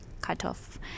cutoff